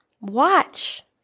Watch